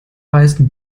weißt